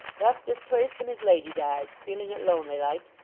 left this place when his lady died, feeling it lonely like,